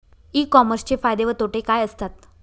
E कॉमर्सचे फायदे व तोटे काय असतात?